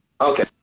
Okay